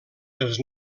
els